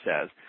says